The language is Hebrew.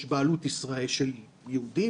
יש בעלות של יהודים,